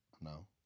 No